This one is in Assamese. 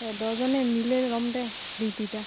দুইজনে মিলে ল'ম দে ডিউটিটা